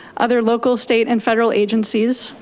other local state and federal agencies,